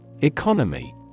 Economy